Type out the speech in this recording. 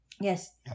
Yes